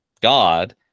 God